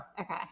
Okay